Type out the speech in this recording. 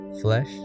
Flesh